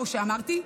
כמו שאמרתי,